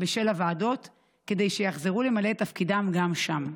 בשל הוועדות כדי שיחזרו למלא את תפקידם גם שם?